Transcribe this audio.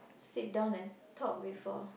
sit down and talk before